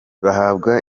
bahabwa